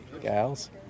gals